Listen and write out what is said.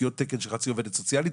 עוד תקן של חצי עובדת סוציאלית,